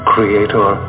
Creator